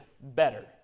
better